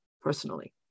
Personally